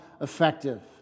effective